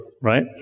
right